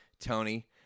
Tony